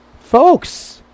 Folks